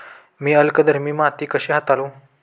मी अल्कधर्मी माती कशी हाताळू?